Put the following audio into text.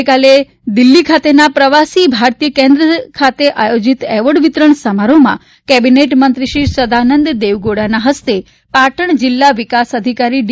ગઇકાલે દિલ્હી ખાતેના પ્રવાસી ભારતીય કેન્દ્ર ખાતે આયોજીત એવોર્ડ વિતરણ સમારોહમાં કેબિનેટ મંત્રી શ્રી સદાનંદ દેવગોડાના હસ્તે પાટણ જિલ્લા વિકાસ અધિકારી ડી